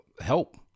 help